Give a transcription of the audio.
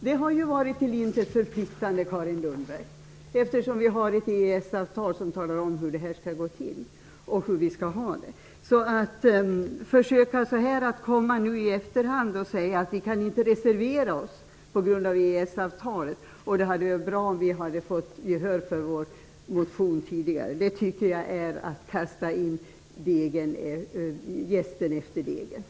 Det hade ju varit till intet förpliktande, Carin Lundberg, eftersom EES-avtalet reglerar hur detta skall gå till. Att komma i efterhand och säga att man inte kan reservera sig på grund av EES-avtalet och att det hade varit bra om socialdemokraterna hade fått gehör för sin motion tidigare är som att kasta in jästen efter degen.